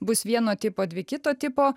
bus vieno tipo dvi kito tipo